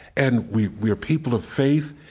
and we we are people of faith.